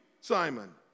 Simon